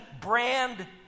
brand